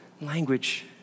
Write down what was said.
language